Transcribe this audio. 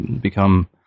become